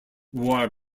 wore